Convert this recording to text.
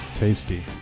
Tasty